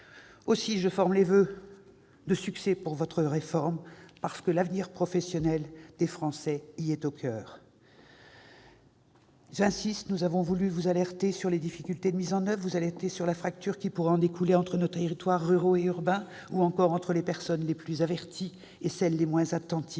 Aussi, je forme des voeux de succès pour votre réforme, parce que l'avenir professionnel des Français y est au coeur. J'y insiste, nous avons voulu vous alerter sur les difficultés de mise en oeuvre de cette réforme, vous alerter sur la fracture qui pourrait en découler entre nos territoires ruraux et urbains ou encore entre les personnes les plus averties et celles qui sont les moins attentives